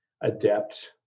adept